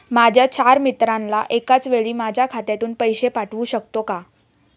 माझ्या चार मित्रांना एकाचवेळी माझ्या खात्यातून पैसे पाठवू शकतो का?